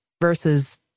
versus